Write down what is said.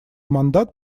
мандат